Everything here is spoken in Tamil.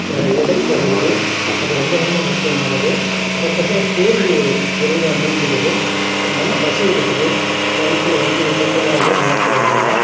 எடைக் குறையுது அது ரொம்ப ரொம்ப முக்கியமானது அதற்கப்புறம் சோர்வு விரைவாக நீங்கிடுது நல்லா பசி எடுக்குது வயிற்றில் வந்து எந்த கோளாறுகளும் ஏற்படுறதில்ல